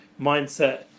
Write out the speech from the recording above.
mindset